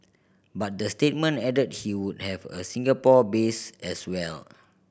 but the statement added he would have a Singapore base as well